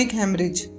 hemorrhage